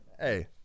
Hey